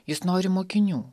jis nori mokinių